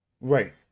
Right